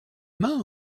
main